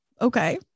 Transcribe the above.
okay